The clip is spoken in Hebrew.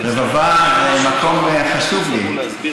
רבבה זה מקום חשוב לי.